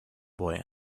boy